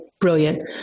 brilliant